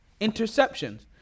interceptions